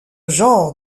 genre